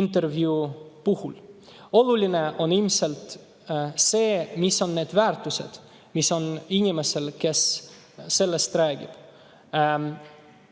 intervjuu puhul. Oluline on ilmselt see, mis on need väärtused, mis on inimesel, kes sellest räägib. Mina